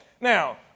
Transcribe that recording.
Now